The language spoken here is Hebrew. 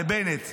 על בנט.